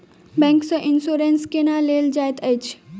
bank सँ insurance केना लेल जाइत अछि